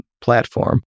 platform